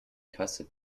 kasse